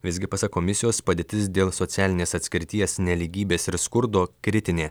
visgi pasak komisijos padėtis dėl socialinės atskirties nelygybės ir skurdo kritinė